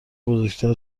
بزرگتر